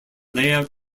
layout